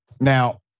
Now